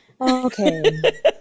Okay